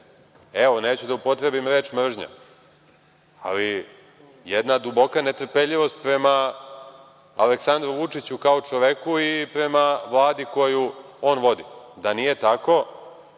evo, neću da upotrebim reč mržnja, ali jedna duboka netrpeljivost prema Aleksandru Vučiću kao čoveku i prema Vladi koju on vodi. Da nije tako